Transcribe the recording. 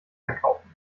verkaufen